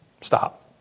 stop